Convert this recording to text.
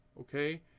Okay